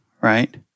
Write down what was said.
right